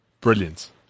Brilliant